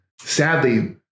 Sadly